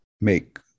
make